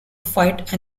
fight